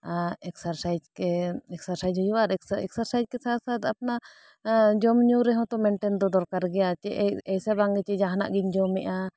exercise exercise ᱦᱩᱭᱩᱜᱼᱟ ᱟᱨ ᱮᱠᱥᱟᱨ ᱮᱠᱥᱟᱨᱥᱟᱭᱤᱡᱽ ᱠᱮ ᱥᱟᱛ ᱥᱟᱛ ᱟᱯᱱᱟ ᱡᱚᱢ ᱧᱩ ᱨᱮᱦᱚᱸ ᱛᱚ ᱢᱮᱱᱴᱮᱱ ᱫᱚ ᱫᱚᱨᱠᱟᱨ ᱜᱮᱭᱟ ᱪᱮ ᱮᱭᱥᱮ ᱵᱟᱝ ᱪᱮ ᱡᱟᱦᱟᱱᱟᱜ ᱜᱤᱧ ᱡᱚᱢᱮᱜᱼᱟ